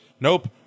nope